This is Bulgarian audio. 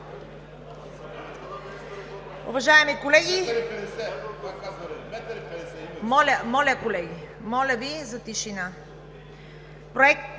моля Ви за тишина! Проект